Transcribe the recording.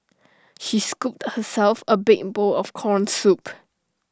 she scooped herself A big bowl of Corn Soup